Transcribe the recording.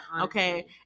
Okay